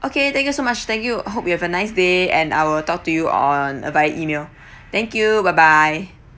okay thank you so much thank you hope you have a nice day and I'll talk to you on via E-mail thank you bye bye